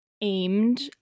aimed